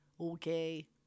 Okay